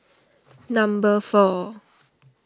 number four